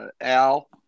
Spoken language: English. Al